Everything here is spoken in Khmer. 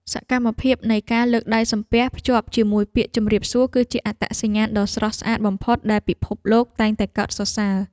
សកម្មភាពនៃការលើកដៃសំពះភ្ជាប់ជាមួយពាក្យជម្រាបសួរគឺជាអត្តសញ្ញាណដ៏ស្រស់ស្អាតបំផុតដែលពិភពលោកតែងតែកោតសរសើរ។